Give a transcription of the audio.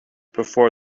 before